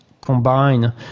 combine